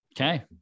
okay